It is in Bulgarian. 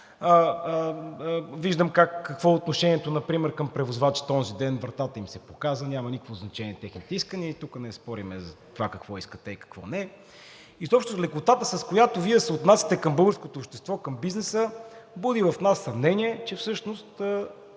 виждам какво е отношението към превозвачите – онзиден например вратата им се показа, нямат никакво значение техните искания и тук не спорим за това какво искат те и какво не… Изобщо лекотата, с която Вие се отнасяте към българското общество, към бизнеса, буди в нас съмнение, че всъщност